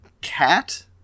cat